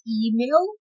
email